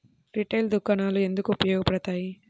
Retail దుకాణాలు ఎందుకు ఉపయోగ పడతాయి?